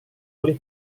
boleh